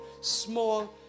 small